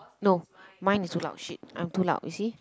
no mine is too loud !shit! I'm too loud you see